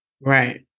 Right